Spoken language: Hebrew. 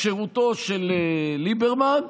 בשירותו של ליברמן,